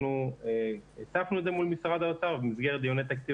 אנחנו הצפנו את זה מול משרד האוצר במסגרת דיוני תקציב